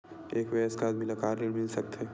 एक वयस्क आदमी ल का ऋण मिल सकथे?